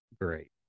great